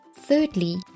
Thirdly